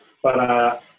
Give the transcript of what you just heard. para